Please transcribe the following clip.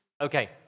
okay